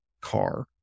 car